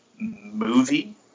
movie